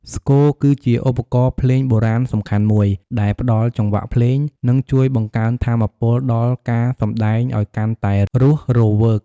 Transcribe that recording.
ស្គរ គឺជាឧបករណ៍ភ្លេងបុរាណសំខាន់មួយ ដែលផ្តល់ចង្វាក់ភ្លេង និងជួយបង្កើនថាមពលដល់ការសម្តែងឲ្យកាន់តែរស់រវើក។